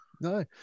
No